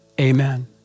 Amen